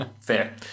fair